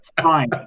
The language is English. fine